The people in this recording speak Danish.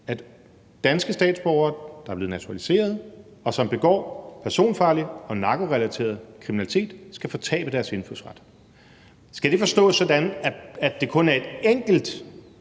at danske statsborgere, der er blevet naturaliseret, og som begår personfarlig og narkorelateret kriminalitet, skal fortabe deres indfødsret. Skal det forstås sådan, at det kun er en enkelt